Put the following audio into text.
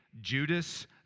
Judas